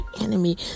enemy